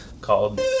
called